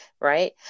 Right